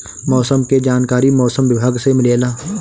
मौसम के जानकारी मौसम विभाग से मिलेला?